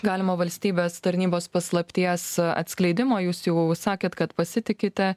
galimo valstybės tarnybos paslapties atskleidimo jūs jau sakėt kad pasitikite